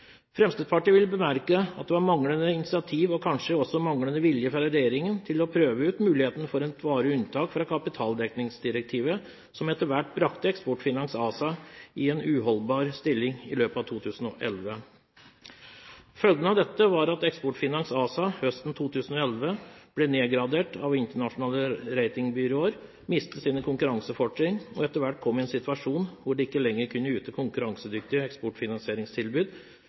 Fremskrittspartiet vil bemerke at det var manglende initiativ og kanskje også manglende vilje fra regjeringen til å prøve ut muligheten for et varig unntak fra kapitaldekningsdirektivet, som etter hvert brakte Eksportfinans ASA i en uholdbar stilling i løpet av 2011. Følgen av dette var at Eksportfinans ASA høsten 2011 ble nedgradert av internasjonale ratingbyråer, mistet sine konkurransefortrinn og etter hvert kom i en situasjon hvor de ikke lenger kunne yte konkurransedyktige eksportfinansieringstilbud